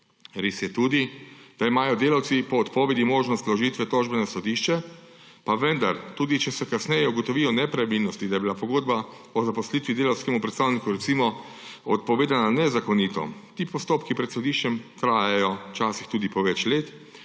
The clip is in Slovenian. Res je tudi, da imajo delavci po odpovedi možnost vložitve tožbe na sodišče, pa vendar tudi če se kasneje ugotovijo nepravilnosti, da je bila pogodba o zaposlitvi delavskemu predstavniku recimo odpovedana nezakonito, ti postopki pred sodiščem trajajo včasih tudi po več let.